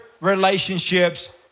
relationships